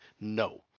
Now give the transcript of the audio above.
No